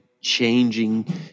changing